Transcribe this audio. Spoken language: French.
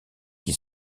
qui